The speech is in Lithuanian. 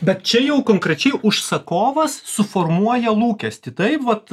bet čia jau konkrečiai užsakovas suformuoja lūkestį taip vat